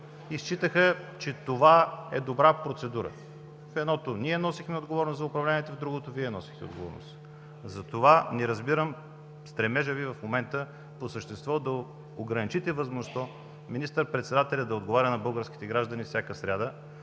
и считаха, че това е добра процедура – в едното ние носихме отговорност за управлението, в другото Вие. Затова не разбирам стремежа Ви в момента по същество да ограничите възможността министър-председателят да отговаря на българските граждани всяка сряда.